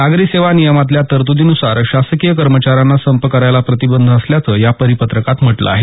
नागरी सेवा नियमातल्या तरतुदीनुसार शासकीय कर्मचाऱ्यांना संप करायला प्रतिबंध असल्याचं या परिपत्रकात म्हटलं आहे